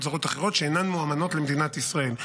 זרות אחרות שאינן מואמנות למדינת ישראל.